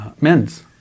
men's